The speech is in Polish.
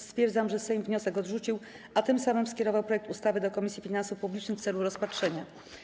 Stwierdzam, że Sejm wniosek odrzucił, a tym samym skierował projekt ustawy do Komisji Finansów Publicznych w celu rozpatrzenia.